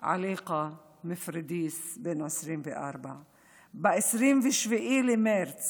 עליקה מפוריידיס, בן 24. ב-27 במרץ